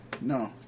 No